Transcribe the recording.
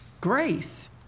Grace